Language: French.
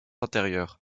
intérieure